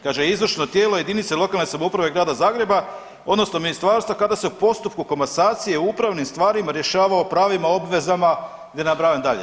Kaže izvršno tijelo jedinice lokalne samouprave i Grada Zagreba odnosno ministarstva kada se u postupku komasacije u upravnim stvarima rješava o pravima, obvezama da ne nabrajam dalje.